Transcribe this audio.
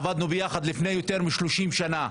עבדנו ביחד לפני יותר מ-30 שנה.